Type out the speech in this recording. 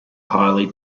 highly